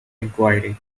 inquiry